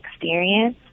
experience